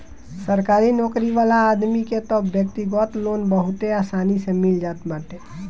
सरकारी नोकरी वाला आदमी के तअ व्यक्तिगत लोन बहुते आसानी से मिल जात बाटे